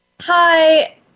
Hi